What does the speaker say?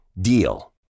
DEAL